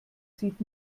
sieht